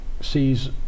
sees